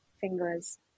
fingers